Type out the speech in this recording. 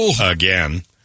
again